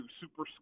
super